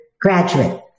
graduate